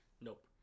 Nope